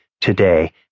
today